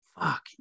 Fuck